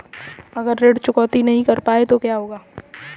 अगर ऋण चुकौती न कर पाए तो क्या होगा?